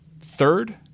third